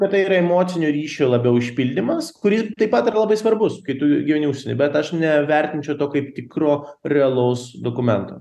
kad tai yra emocinio ryšio labiau išpildymas kuri taip pat yra labai svarbus kai tu gyveni užsieny aš nevertinčiau to kaip tikro realaus dokumento